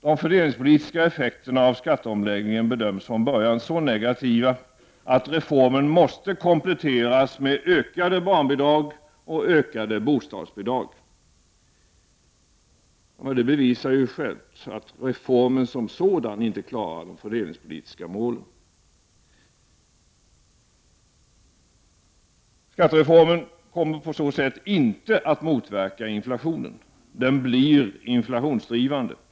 De fördelningspolitiska effekterna av skatteomläggningen bedöms från början vara så negativa, att reformen måste kompletteras med ökade barnbidrag och ökade bostadsbidrag. Det bevisar ju att reformen som sådan inte klarar de fördelningspolitiska målen. Skattereformen kommer på så sätt inte att motverka inflationen. Den blir inflationsdrivande.